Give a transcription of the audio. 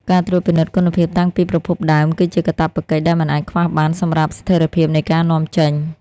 ការត្រួតពិនិត្យគុណភាពតាំងពីប្រភពដើម គឺជាកាតព្វកិច្ចដែលមិនអាចខ្វះបានសម្រាប់ស្ថិរភាពនៃការនាំចេញ។